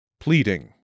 Pleading